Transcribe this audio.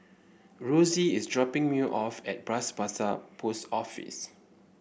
Rosy is dropping me off at Bras Basah Post Office